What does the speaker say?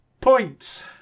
points